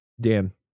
Dan